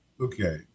Okay